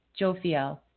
Jophiel